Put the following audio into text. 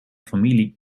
familie